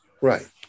right